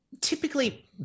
typically